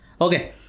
Okay